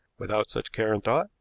without such care and thought,